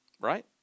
right